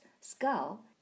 skull